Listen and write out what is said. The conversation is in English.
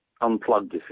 unplugged